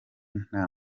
nta